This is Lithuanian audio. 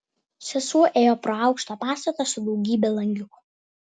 sesuo ėjo pro aukštą pastatą su daugybe langiukų